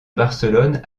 barcelone